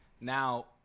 Now